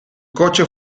coche